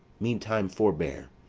meantime forbear,